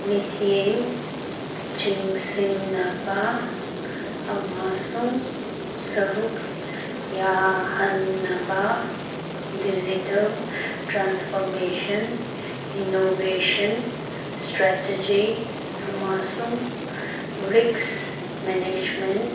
ꯃꯤꯠꯌꯦꯡ ꯆꯤꯡꯁꯤꯟꯅꯕ ꯑꯃꯁꯨꯡ ꯁꯔꯨꯛ ꯌꯥꯍꯟꯅꯕ ꯗꯤꯖꯤꯇꯦꯜ ꯇ꯭ꯔꯥꯟꯁꯐꯣꯔꯃꯦꯁꯟ ꯏꯅꯣꯕꯦꯁꯟ ꯏꯁꯇ꯭ꯔꯦꯇꯤꯖꯤ ꯑꯃꯁꯨꯡ ꯔꯤꯛꯁ ꯃꯦꯅꯦꯁꯃꯦꯟ